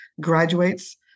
graduates